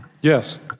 Yes